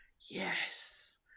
Yes